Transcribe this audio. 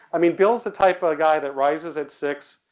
i mean bill's the type of guy that rises at six